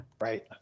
Right